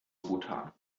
bhutan